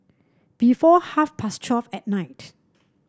before half past twelve at night